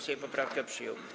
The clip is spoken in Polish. Sejm poprawkę przyjął.